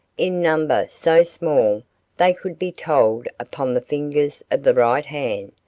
in number so small they could be told upon the fingers of the right hand,